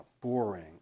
boring